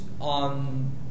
on